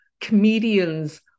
comedians